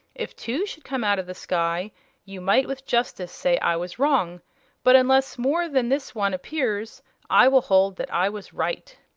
if two should come out of the sky you might with justice say i was wrong but unless more than this one appears i will hold that i was right.